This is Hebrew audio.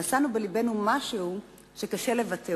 נשאנו בלבנו משהו שקשה לבטא,